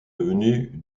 devenu